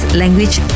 language